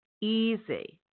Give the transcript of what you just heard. easy